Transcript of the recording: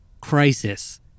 crisis